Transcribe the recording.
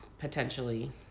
Potentially